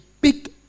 big